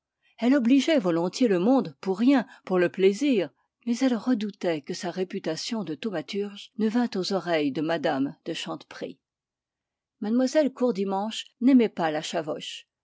elle obligeait volontiers les voisins pour rien pour le plaisir mais elle redoutait que sa réputation de thaumaturge ne vînt aux oreilles de mme de chanteprie mlle courdimanche n'aimait pas la